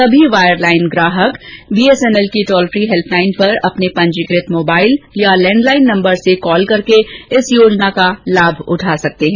सभी वायरलाइन ग्राहक बीएसएनएल के टोल फी हेल्पलाइन पर अपने पंजीकृत मोबाइल या लैंडलाइन नंबर से कॉल करके इस योजना का लाभ उठा सकते हैं